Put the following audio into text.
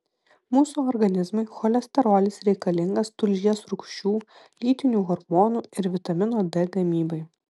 mūsų organizmui cholesterolis reikalingas tulžies rūgščių lytinių hormonų ir vitamino d gamybai